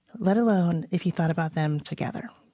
let alone if you thought about them together,